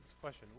question